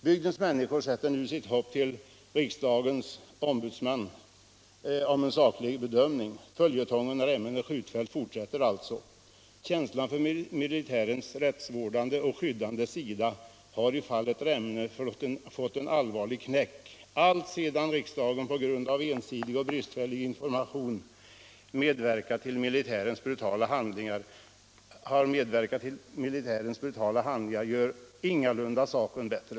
Bygdens människor sätter nu sitt hopp till riksdagens ombudsmans sakliga bedömning. Följetongen Remmene skjutfält fortsätter alltså. Känslan för militärens rättsvårdande och skyddande uppgift har i fallet 199 200 Remmene fått en allvarlig knäck. Att sedan riksdagen på grund av ensidig bristfällig information medverkat till militärens brutala handlingar gör ingalunda saken bättre.